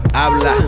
Habla